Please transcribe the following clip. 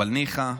אבל ניחא,